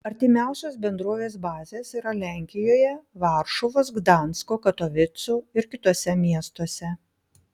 artimiausios bendrovės bazės yra lenkijoje varšuvos gdansko katovicų ir kituose miestuose